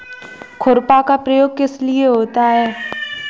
खुरपा का प्रयोग किस लिए होता है?